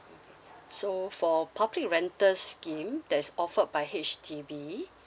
so for public rental scheme that is offered by H_D_B